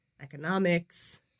economics